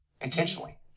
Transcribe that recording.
intentionally